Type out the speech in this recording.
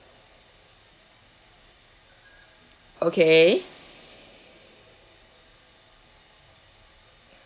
okay